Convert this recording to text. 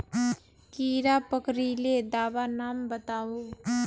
कीड़ा पकरिले दाबा नाम बाताउ?